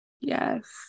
Yes